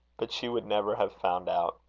but she would never have found out.